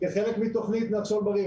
כחלק מתוכנית "נחשול בריא".